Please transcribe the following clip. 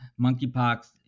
monkeypox